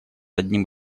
одним